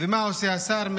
ומה עושה השר?